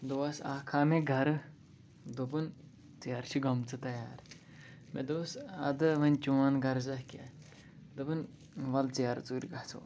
دوس اَکھ آو مےٚ گَرٕ دوٚپُن ژیرٕ چھِ گٔمژٕ تیار مےٚ دوٚپُس اَدٕ وۄنۍ چون غرضہٕ کیٛاہ دوٚپُن وَلہٕ ژیرٕ ژوٗرِ گژھو